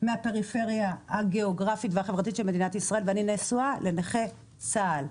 מהפריפריה הגיאוגרפית והחברתית של מדינת ישראל ואני נשואה לנכה צה"ל,